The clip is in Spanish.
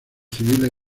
civiles